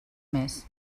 més